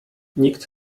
nikt